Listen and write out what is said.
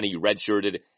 redshirted